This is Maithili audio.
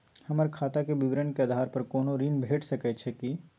हमर खाता के विवरण के आधार प कोनो ऋण भेट सकै छै की?